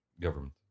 Government